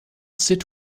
sit